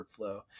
workflow